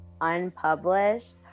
unpublished